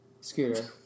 scooter